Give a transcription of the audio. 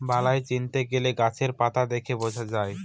বালাই চিনতে গেলে গাছের পাতা দেখে বোঝা যায়